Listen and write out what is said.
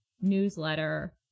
newsletter